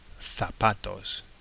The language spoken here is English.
zapatos